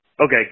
okay